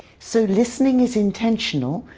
so listening is intentional,